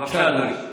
בבקשה, אדוני,